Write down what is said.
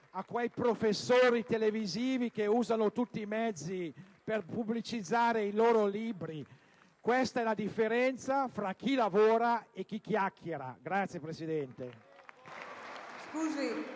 a quei professori televisivi che usano tutti i mezzi per pubblicizzare i loro libri. Questa è la differenza tra chi lavora e chi chiacchiera. *(Applausi